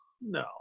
no